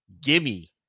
gimme